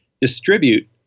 distribute